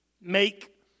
make